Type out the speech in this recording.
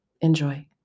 Enjoy